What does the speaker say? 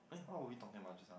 eh what we talking about just now